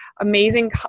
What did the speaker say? Amazing